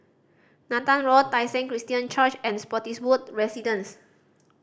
Nathan Road Tai Seng Christian Church and Spottiswoode Residence